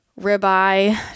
ribeye